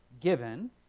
given